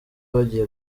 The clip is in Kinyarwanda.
bagiye